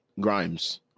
Grimes